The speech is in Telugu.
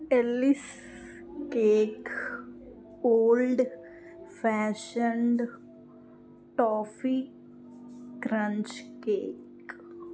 Ellie's cake old fashioned toffee crunch cake